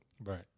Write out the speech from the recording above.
right